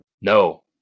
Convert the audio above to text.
No